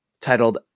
titled